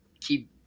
keep